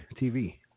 TV